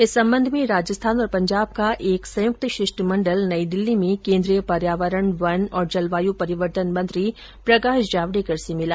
इस सम्बंध में राजस्थान और पंजाब का एक संयुक्त शिष्टमण्डल नई दिल्ली में केन्द्रीय पर्यावरण वन और जलवायु परिवर्तन मंत्री प्रकाश जावड़ेकर से मिला